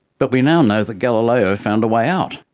but we now know that galileo found a way out.